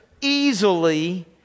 easily